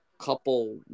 couple –